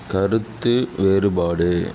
கருத்து வேறுபாடு